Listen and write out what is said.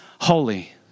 holy